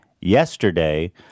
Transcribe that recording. yesterday